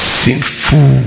sinful